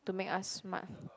to make us smart